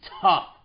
tough